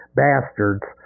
bastards